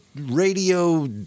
radio